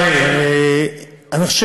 אני לא יודע למה יש התעקשות,